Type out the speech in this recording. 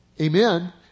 Amen